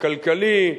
הכלכלי,